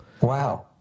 Wow